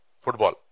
football